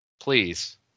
Please